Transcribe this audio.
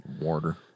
water